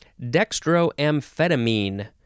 Dextroamphetamine